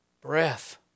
Breath